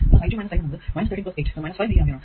എന്നാൽ i 2 i 1 എന്നത് 13 8 അത് 5 മില്ലി ആംപിയർ ആണ്